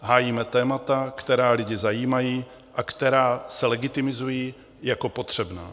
Hájíme témata, která lidi zajímají a která se legitimizují jako potřebná.